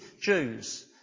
Jews